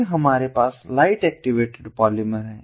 फिर हमारे पास लाइट एक्टिवेटेड पॉलीमर है